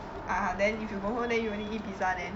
ah ah then if you go home then you only eat pizza then